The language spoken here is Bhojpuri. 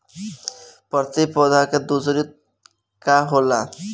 प्रति पौधे के दूरी का होला?